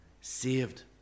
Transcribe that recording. Saved